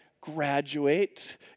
graduate